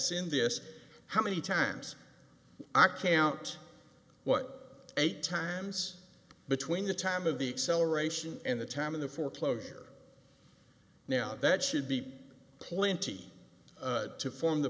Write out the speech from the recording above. sin this how many times i can't what eight times between the time of the acceleration and the time of the foreclosure now that should be plenty to form the